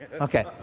Okay